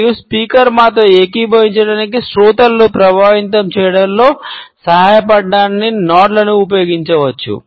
మరియు స్పీకర్ మాతో ఏకీభవించటానికి శ్రోతలను ప్రభావితం చేయడంలో సహాయపడటానికి నోడ్లను ఉపయోగించవచ్చు